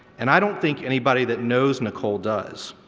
and i don't think anybody that knows nicole does.